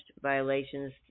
violations